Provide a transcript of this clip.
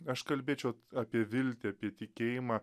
aš kalbėčiau apie viltį apie tikėjimą